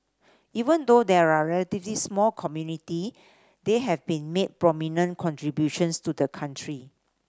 even though they are a relatively small community they have been made prominent contributions to the country